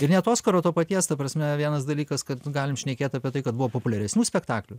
ir net oskaro to paties ta prasme vienas dalykas kad galim šnekėt apie tai kad buvo populiaresnių spektaklių